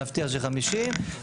נבטיח 50,